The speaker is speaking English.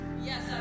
Yes